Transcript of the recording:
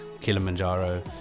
kilimanjaro